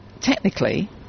technically